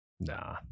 Nah